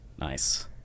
Nice